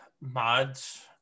mods